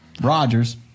Rogers